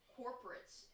corporates